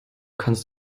kannst